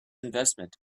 investment